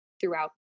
throughout